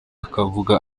akavuga